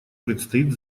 предстоит